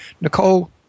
nicole